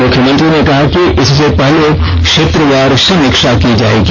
मुख्यमंत्री ने कहा कि इससे पहले क्षेत्रवार समीक्षा की जायेगी